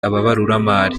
ababaruramari